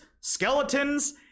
skeletons